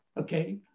okay